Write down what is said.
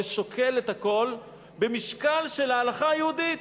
ושוקל את הכול במשקל של ההלכה היהודית.